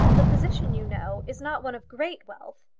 the position, you know, is not one of great wealth.